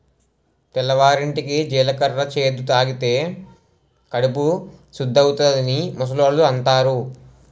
తెల్లవారింటికి జీలకర్ర చేదు తాగితే కడుపు సుద్దవుతాదని ముసలోళ్ళు అంతారు